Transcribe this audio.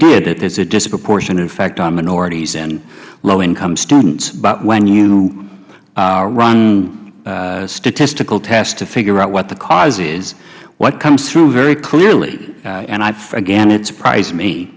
did that there is a disproportionate affect on minorities and low income students but when you run statistical tests to figure out what the cause is what comes through very clearly and again it surprised me